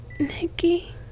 Nikki